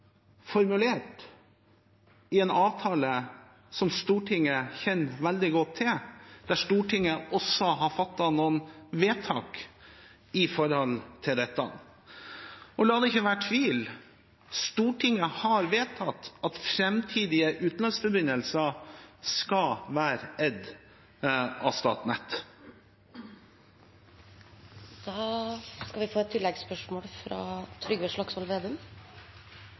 Stortinget kjenner veldig godt til, der Stortinget har fattet noen vedtak om dette. La det ikke være noen tvil, Stortinget har vedtatt at framtidige utenlandsforbindelser skal være eid av Statnett. Det blir oppfølgingsspørsmål – Trygve Slagsvold Vedum.